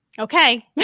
okay